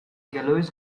galois